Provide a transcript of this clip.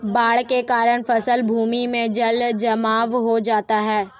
बाढ़ के कारण फसल भूमि में जलजमाव हो जाता है